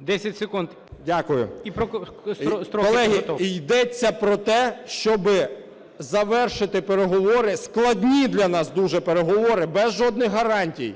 О.В. Колеги, йдеться про те, щоби завершити переговори, складні для нас дуже переговори, без жодних гарантій.